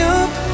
up